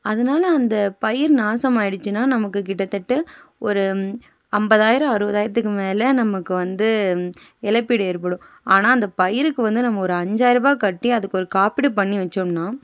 அதனால் அந்த பயிர் நாசமாயிடுச்சின்னா நமக்கு கிட்ட தட்ட ஒரு ஐம்பதாயிரம் அறுவதாயிரத்துக்கு மேலே நமக்கு வந்து இழப்பீடு ஏற்படும் ஆனால் அந்த பயிருக்கு வந்து நம்ம ஒரு அஞ்சாயிரருபா கட்டி அதுக்கு ஒரு காப்பீடு பண்ணி வச்சோம்னா